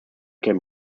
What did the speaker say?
can